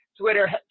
Twitter